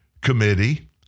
Committee